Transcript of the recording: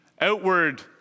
outward